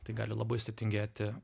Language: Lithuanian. tai gali labai sudėtingėti